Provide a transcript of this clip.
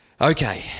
Okay